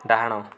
ଡାହାଣ